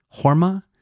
Horma